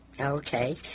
Okay